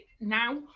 now